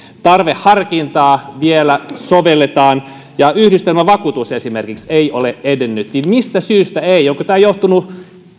tarveharkintaa vielä sovelletaan ja esimerkiksi yhdistelmävakuutus ei ole edennyt niin mistä syystä näin onko tämä johtunut